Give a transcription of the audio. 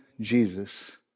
Jesus